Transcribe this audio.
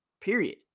period